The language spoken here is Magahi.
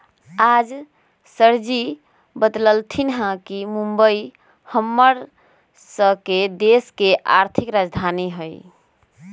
आज सरजी बतलथिन ह कि मुंबई हम्मर स के देश के आर्थिक राजधानी हई